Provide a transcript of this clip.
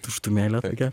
tuštumėlė tokia